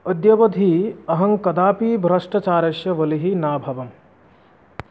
अद्यावधि अहङ्कदापि भ्रष्टाचारस्य बलिः नाभवम्